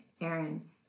Aaron